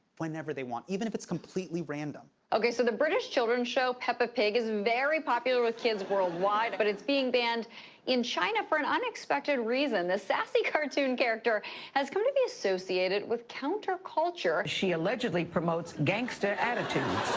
whenever they want. even if it's completely random. okay, so the british children's show peppa pig is very popular with kids worldwide, but it's being banned in china for an unexpected reason. the sassy cartoon character has come to be associated with counterculture. she allegedly promotes gangster attitudes.